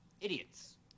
Idiots